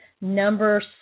Number